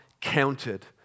counted